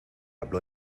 habló